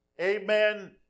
amen